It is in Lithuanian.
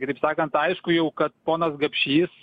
kitaip sakant aišku jau kad ponas gapšys